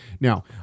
now